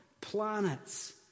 planets